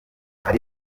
ari